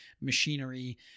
machinery